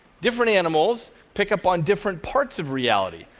different animals pick up on different parts of reality.